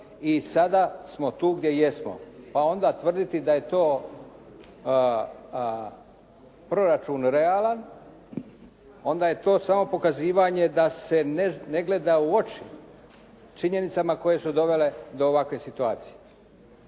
i sada smo tu gdje jesmo. Pa onda tvrditi da je to proračun realan onda je to samo pokazivanje da se ne gleda u oči činjenicama koje su dovele do ovakve situacije.